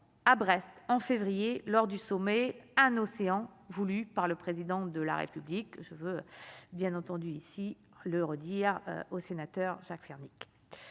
à Brest en février lors du sommet, un océan voulue par le président de la République, je veux bien entendu ici le redire au sénateur Jacques Fernique,